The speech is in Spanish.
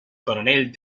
coronel